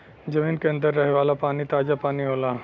जमीन के अंदर रहे वाला पानी ताजा पानी होला